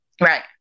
Right